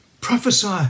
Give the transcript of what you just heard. Prophesy